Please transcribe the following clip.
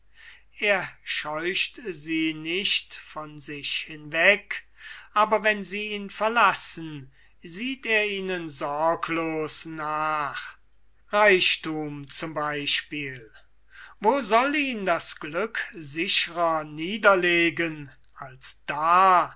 er scheucht sie nicht von sich hinweg aber wenn sie ihn verlassen sieht er ihnen sorglos nach reichthum zum beispiel wo soll ihn das glück sichrer niederlegen als da